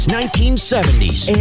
1970s